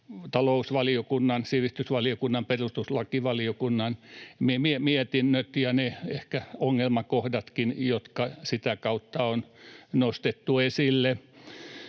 talousvaliokunnan, sivistysvaliokunnan ja perustuslakivaliokunnan lausunnot ja ne ehkä ongelmakohdatkin, jotka sitä kautta on nostettu esille.